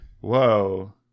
Whoa